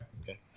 Okay